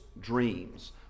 dreams